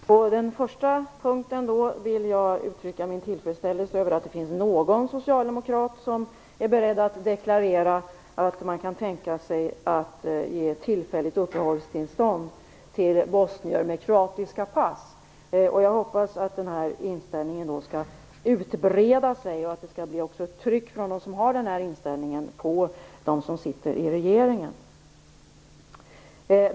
Fru talman! På den första punkten vill jag uttrycka min tillfredsställelse över att det finns någon socialdemokrat som är beredd att deklarera att man kan tänka sig att ge tillfälligt uppehållstillstånd till bosnier med kroatiskt pass. Jag hoppas att denna inställning skall breda ut sig och att det skall bli ett tryck från dem som har denna inställning på dem som sitter i regeringen.